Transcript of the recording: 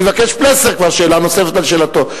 יבקש פלסנר כבר שאלה נוספת על שאלתו.